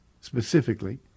specifically